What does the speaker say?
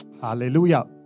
Hallelujah